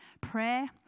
prayer